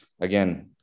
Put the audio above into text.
Again